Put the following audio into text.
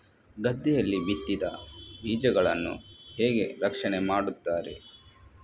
ಗದ್ದೆಯಲ್ಲಿ ಬಿತ್ತಿದ ಬೀಜಗಳನ್ನು ಹೇಗೆ ರಕ್ಷಣೆ ಮಾಡುತ್ತಾರೆ?